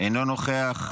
אינו נוכח.